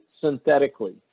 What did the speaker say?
synthetically